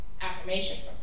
affirmation